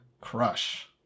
Crush